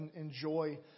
enjoy